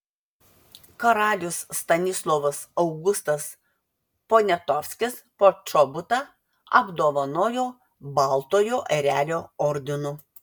karalius stanislovas augustas poniatovskis počobutą apdovanojo baltojo erelio ordinu